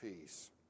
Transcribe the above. peace